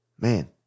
Man